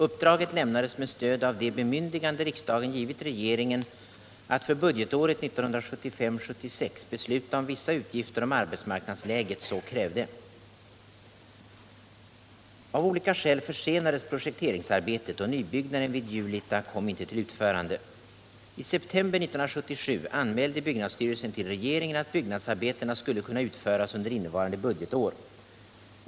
Uppdraget lämnades med stöd av det bemyndigande riksdagen givit regeringen att för budgetåret 1975/76 besluta om vissa utgifter om arbetsmarknadsläget så krävde. Av olika skäl försenades projekteringsarbetet och nybyggnaden vid Julita kom inte till utförande. I september 1977 anmälde byggnadsstyrelsen till regeringen att byggnadsarbetena skulle kunna utföras under innevarande budgetår.